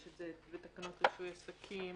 יש את זה בתקנות רישוי עסקים